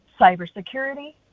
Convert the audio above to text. cybersecurity